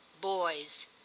boys